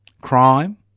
crime